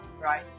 right